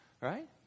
right